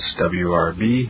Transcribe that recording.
swrb